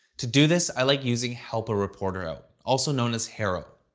to do this, i like using help a reporter out, also known as haro.